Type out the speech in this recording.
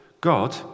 God